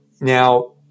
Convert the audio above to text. Now